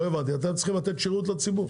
לא הבנתי, אתם צריכים לתת שירות לציבור.